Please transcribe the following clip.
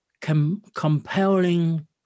compelling